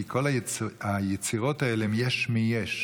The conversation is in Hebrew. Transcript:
כי כל היצירות האלה הן יש מיש.